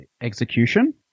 execution